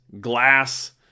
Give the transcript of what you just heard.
glass